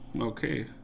Okay